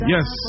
Yes